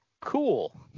cool